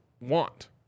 want